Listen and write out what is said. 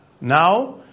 Now